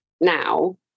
now